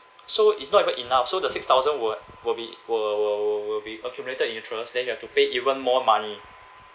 so it's not even enough so the six thousand will will be will will will will be accumulated interest then you have to pay even more money